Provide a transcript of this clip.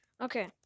Okay